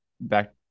back